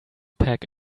pack